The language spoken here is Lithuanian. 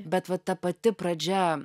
bet va ta pati pradžia